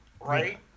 right